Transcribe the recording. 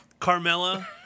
Carmella